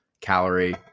calorie